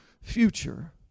future